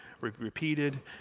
repeated